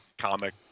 comic